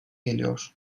geliyor